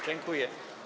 Dziękuję.